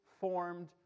formed